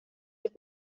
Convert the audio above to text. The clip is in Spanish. los